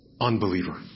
Unbeliever